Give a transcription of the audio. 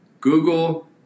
Google